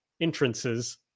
entrances